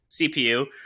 CPU